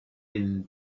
been